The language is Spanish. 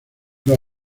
los